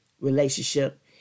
relationship